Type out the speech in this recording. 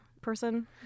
person